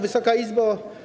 Wysoka Izbo!